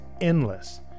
endless